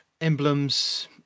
emblems